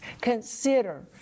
consider